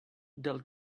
dull